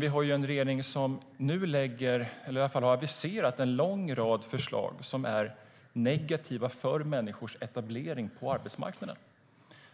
Vi har ju en regering som har aviserat en lång rad förslag som är negativa för människors etablering på arbetsmarknaden.